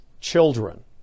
children